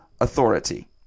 authority